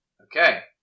Okay